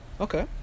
Okay